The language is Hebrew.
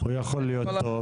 להיות טוב?